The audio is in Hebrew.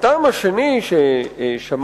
הטעם השני ששמעתי